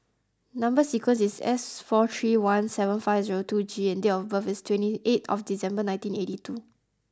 number sequence is S four three one seven five zero two G and date of birth is twenty eight of December nineteen eighty two